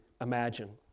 imagine